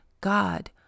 God